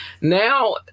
Now